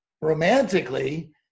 romantically